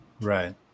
right